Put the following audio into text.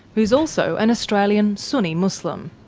who's also an australian sunni muslim.